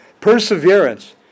Perseverance